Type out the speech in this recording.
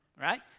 Right